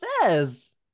says